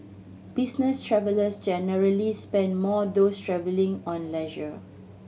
business travellers generally spend more those travelling on leisure